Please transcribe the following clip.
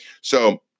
So-